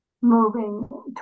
moving